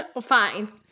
fine